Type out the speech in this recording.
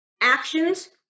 actions